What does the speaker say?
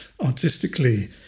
artistically